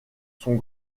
sont